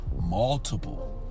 Multiple